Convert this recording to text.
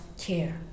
care